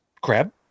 crab